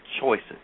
choices